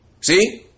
See